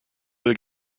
will